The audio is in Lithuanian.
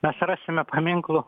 mes rasime paminklų